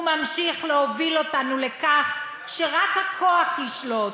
הוא ממשיך להוביל אותנו לכך שרק הכוח ישלוט